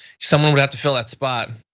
someone would have to fill that spot.